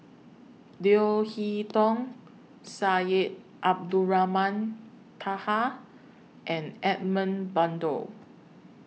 Leo Hee Tong Syed Abdulrahman Taha and Edmund Blundell